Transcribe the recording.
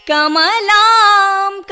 Kamalam